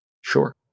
Sure